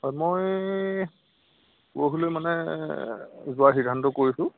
হয় মই পৰহিলৈ মানে যোৱাৰ সিদ্ধান্ত কৰিছোঁ